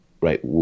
right